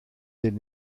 der